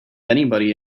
anybody